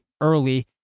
early